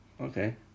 Okay